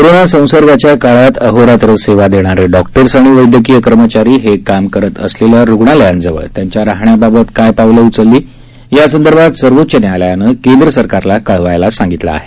corona संसर्गाच्या काळात अहोरात्र सेवा देणारे डॉक्टर्स आणि वद्यवकीय कार्मचारी हे काम करत असलेल्या रुग्णालयांजवळ त्यांच्या राहण्याबाबत काय पावलं उचलली यासंदर्भात सर्वोच्च न्यायालयानं केंद्र सरकारला कळवायला सांगितलं आहे